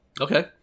Okay